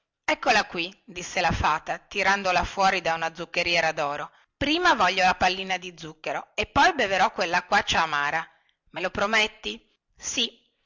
eccola qui disse la fata tirandola fuori da una zuccheriera doro prima voglio la pallina di zucchero e poi beverò quellacquaccia amara me lo prometti sì